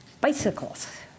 bicycles